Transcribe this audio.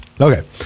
okay